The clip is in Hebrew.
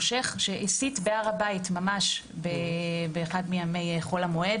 שייח והסית בהר הבית באחד מימי חול המועד.